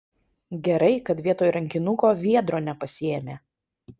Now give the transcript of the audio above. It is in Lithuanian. gerai kad vietoj rankinuko viedro nepasiėmė